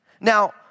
Now